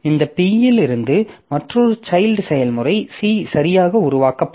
இந்த P லிருந்து மற்றொரு சைல்ட் செயல்முறை C சரியாக உருவாக்கப்படும்